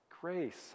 grace